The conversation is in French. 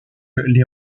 les